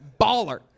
baller